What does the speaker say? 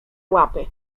łapy